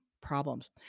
problems